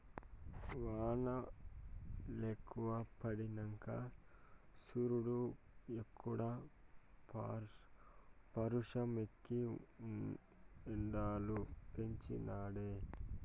వానలెక్కువ పడినంక సూరీడుక్కూడా పౌరుషమెక్కి ఎండలు పెంచి నాడే